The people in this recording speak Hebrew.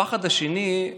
הפחד השני,